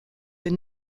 den